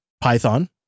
Python